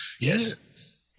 Yes